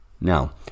Now